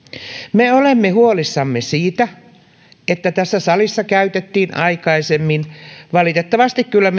me olemme huolissamme siitä että tässä salissa puhuttiin aikaisemmin valitettavasti kyllä